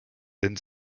denn